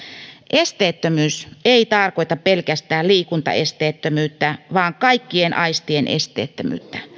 esteettömyys ei tarkoita pelkästään liikuntaesteettömyyttä vaan kaikkien aistien esteettömyyttä